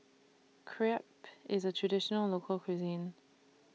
Crepe IS A Traditional Local Cuisine